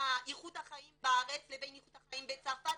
איכות החיים בארץ לבין איכות החיים בצרפת,